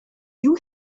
you